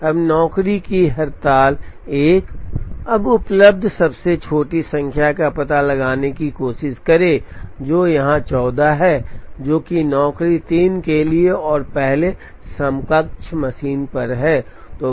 अब नौकरी की हड़ताल 1 अब उपलब्ध सबसे छोटी संख्या का पता लगाने की कोशिश करें जो यहां 14 है जो कि नौकरी 3 के लिए और पहले समकक्ष मशीन पर है